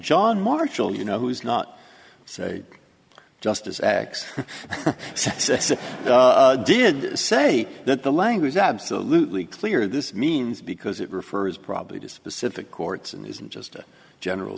john marshall you know who is not say just as x did say that the language is absolutely clear this means because it refers probably to specific courts and isn't just a general